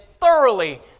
thoroughly